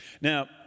Now